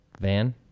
Van